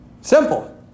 Simple